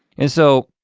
and so,